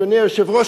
אדוני היושב-ראש,